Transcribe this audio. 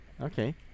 Okay